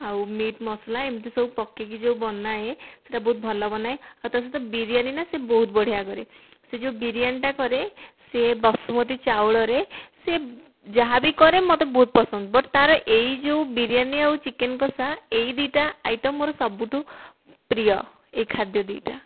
ଆଉ ମିଟ୍ ମସଲା ଏମିତି ସବୁ ପକେଇକି ଯେଉଁ ବନାଏ ସେଇଟା ବହୁତ୍ ଭଲ ବନାଏ ଆଉ ତା' ସହିତ ବିରୀୟାନି ନା ସେ ବହୁତ୍ ବଢ଼ିଆ ବନାଏ ସେ ଯେଉଁ ବିରିୟାନିଟା କରେ ସେ ବାସୁମତୀ ଚାଉଳରେ ସେ ଯାହାବି କରେ ମୋତେ ବହୁତ୍ ପସନ୍ଦ ବଟ୍ ତାର ଏଇ ଯେଉଁ ବିରୀୟାନି ଆଉ ଚିକେନ୍ କଷା ଏଇ ଦୁଇଟା ଆଇଟମ୍ ମୋର ସବୁଠାରୁ ପ୍ରିୟ ଏଇ ଖାଦ୍ୟ ଦୁଇଟା